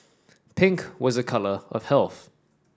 pink was a colour of health